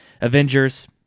Avengers